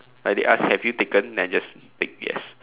like they asked have you taken then I just ticked yes